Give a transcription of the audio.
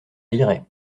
lirais